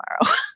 tomorrow